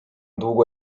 długo